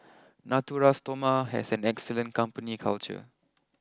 Natura Stoma has an excellent company culture